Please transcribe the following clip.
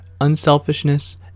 unselfishness